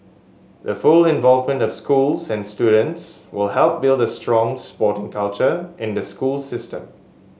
the full involvement of schools and students will help build a strong sporting culture in the school system